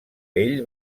ell